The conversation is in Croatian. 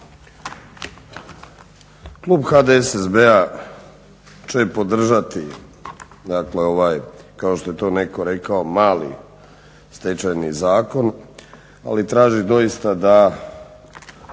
Klub HDSSB-a će podržati ovaj, kao što je to netko rekao mali stečajni zakon, ali traži doista da